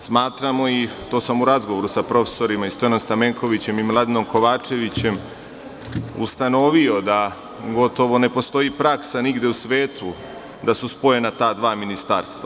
Smatramo, i to sam u razgovoru sa profesorima i Stojanom Stamenkovićem i Miladinom Kovačevićem ustanovio, da gotovo ne postoji praksa nigde u svetu da su spojena ta dva ministarstva.